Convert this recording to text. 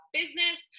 business